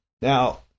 Now